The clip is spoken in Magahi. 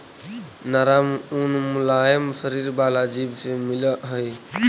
नरम ऊन मुलायम शरीर वाला जीव से मिलऽ हई